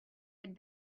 had